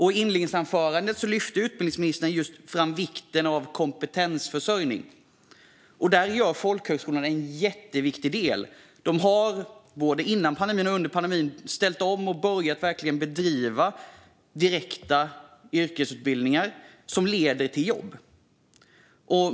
I inledningsanförandet lyfte utbildningsministern just fram vikten av kompetensförsörjning. Där har folkhögskolorna en jätteviktig del. De har, både före och under pandemin, ställt om och verkligen börjat bedriva direkta yrkesutbildningar som leder till jobb.